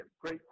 great